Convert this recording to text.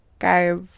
Guys